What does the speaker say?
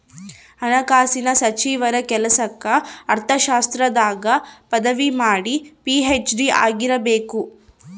ಹಣಕಾಸಿನ ಸಚಿವರ ಕೆಲ್ಸಕ್ಕ ಅರ್ಥಶಾಸ್ತ್ರದಾಗ ಪದವಿ ಮಾಡಿ ಪಿ.ಹೆಚ್.ಡಿ ಆಗಿರಬೇಕು